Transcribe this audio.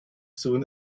soon